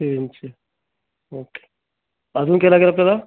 सिरींजचे okay अजून काय लागेल आपल्याला